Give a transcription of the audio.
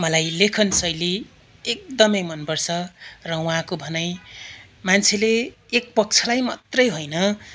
मलाई लेखनशैली एकदमै मनपर्छ र उहाँको भनाइ मान्छेले एकपक्षलाई मात्रै होइन